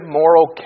moral